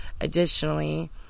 Additionally